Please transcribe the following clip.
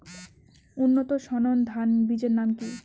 উন্নত সর্ন ধান বীজের নাম কি?